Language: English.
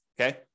Okay